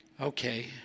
Okay